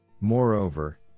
Moreover